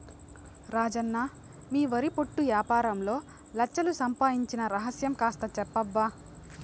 రాజన్న మీ వరి పొట్టు యాపారంలో లచ్ఛలు సంపాయించిన రహస్యం కాస్త చెప్పబ్బా